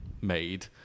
made